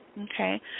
Okay